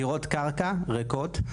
דירות קרקע ריקות.